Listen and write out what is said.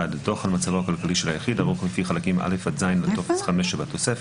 דוח על מצבו הכלכלי של היחיד ערוך לפי חלקים א' עד ז' לטופס 5 שבתוספת,